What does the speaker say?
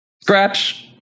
scratch